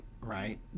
right